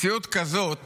מציאות כזאת